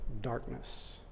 darkness